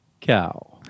cow